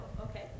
okay